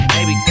Baby